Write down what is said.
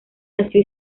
nació